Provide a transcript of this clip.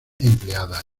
empleada